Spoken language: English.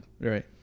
Right